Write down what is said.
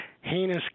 heinous